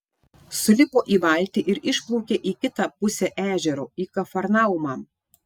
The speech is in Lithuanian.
sulipo į valtį ir išplaukė į kitą pusę ežero į kafarnaumą